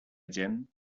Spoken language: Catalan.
gent